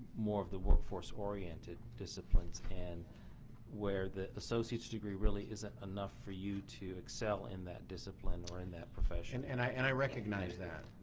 more of the workforce oriented disciplines and where the associates degree really isn't enough for you to excel in that discipline or in that profession. and i and i recognize that,